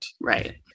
Right